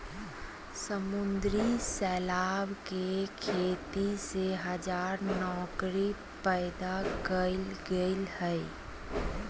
समुद्री शैवाल के खेती से हजार नौकरी पैदा कइल गेल हइ